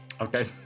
Okay